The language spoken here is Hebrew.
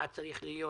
צרך להיות